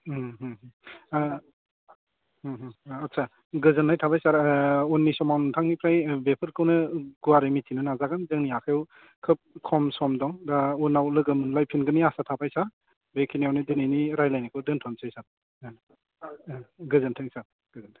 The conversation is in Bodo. आच्चा गोजोननाय थाबाय सार उननि समाव नोंथांनिफ्राय बेफोरखौनो गुवारै मिथिनो नाजागोन जोंनि आखाइआव खोब खम सम दं दा उनाव लोगो मोनलायफिनगोननि आसा थाबाय सार बेखिनियावनो दिनैनि रायज्लायनायखौ दोन्थ'नोसै सार गोजोन्थों सार